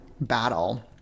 battle